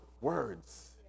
words